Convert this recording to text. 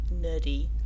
nerdy